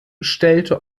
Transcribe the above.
stellte